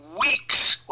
weeks